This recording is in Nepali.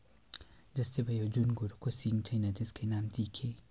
जस्तै भयो जुन गोरुको सिङ छैन त्यसकै नाम तिखे